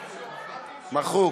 מחוק.